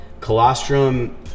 colostrum